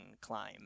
climb